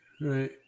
Right